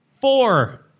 four